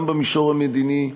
גם במישור המדיני,